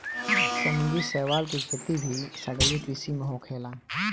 समुंद्री शैवाल के खेती भी सागरीय कृषि में आखेला